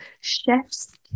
chef's